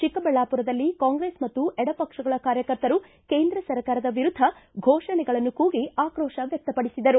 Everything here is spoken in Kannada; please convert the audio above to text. ಚಿಕ್ಕಬಳ್ಳಾಮರದಲ್ಲಿ ಕಾಂಗ್ರೆಸ್ ಮತ್ತು ಎಡಪಕ್ಷಗಳ ಕಾರ್ಯಕರ್ತರು ಕೇಂದ್ರ ಸರ್ಕಾರದ ವಿರುದ್ದ ಘೋಷಣೆಗಳನ್ನು ಕೂಗಿ ಆಕ್ರೋಶ ವ್ಯಕ್ಷಪಡಿಸಿದರು